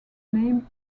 name